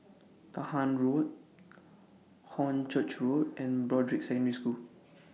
Dahan Road Hornchurch Road and Broadrick Secondary School